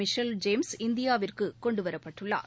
Michel James இந்தியாவிற்கு கொண்டுவரப்பட்டுள்ளார்